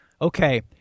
okay